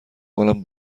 کنم